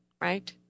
right